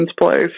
place